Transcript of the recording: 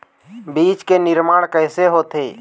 बीज के निर्माण कैसे होथे?